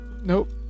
Nope